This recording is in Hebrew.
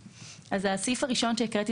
הסעיף הראשון שהקראתי,